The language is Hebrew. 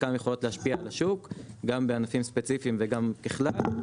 וכמה יכולות להשפיע על השוק גם בענפים ספציפיים וגם בכלל,